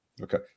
Okay